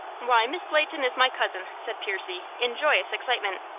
why, miss leighton is my cousin, said percy, in joyous excitement.